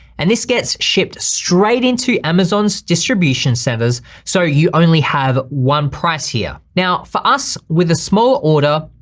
and this gets shipped straight into amazon's distribution centers, so you only have one price here. now for us with a small order,